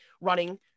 running